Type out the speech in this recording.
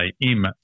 Im